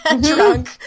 drunk